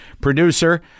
producer